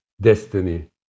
destiny